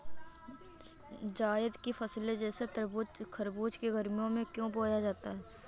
जायद की फसले जैसे तरबूज़ खरबूज को गर्मियों में क्यो बोया जाता है?